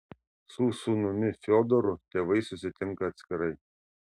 su sūnumi fiodoru tėvai susitinka atskirai